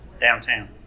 downtown